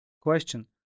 question